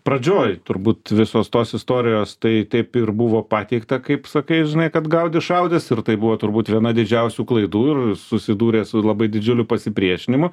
pradžioe turbūt visos tos istorijos tai taip ir buvo pateikta kaip sakai žinai kad gaudys šaudys ir tai buvo turbūt viena didžiausių klaidų ir susidūrė su labai didžiuliu pasipriešinimu